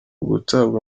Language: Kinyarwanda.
gutabwa